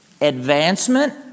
advancement